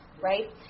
right